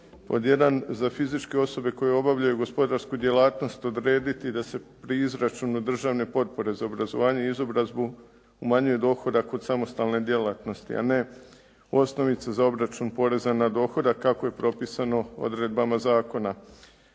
Pod jedan. Za fizičke osobe koje obavljaju gospodarsku djelatnost odrediti da se pri izračunu državne potpore za obrazovanje i izobrazbu umanjuje dohodak od samostalne djelatnosti, a ne osnovica za obračun poreza na dohodak kako je propisano odredbama zakona.